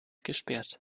gesperrt